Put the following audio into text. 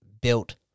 built